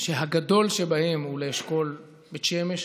הגדול שבהם הוא לאשכול בית שמש,